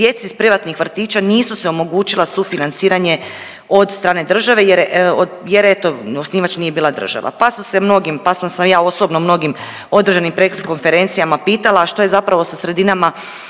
iz privatnih vrtića nisu se omogućila sufinanciranje od strane države jer, eto, osnivač nije bila država pa su se mnogim, pa sam ja osobno mnogim održanim press konferencijama pitala, a što je zapravo sa sredinama